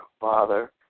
Father